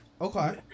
Okay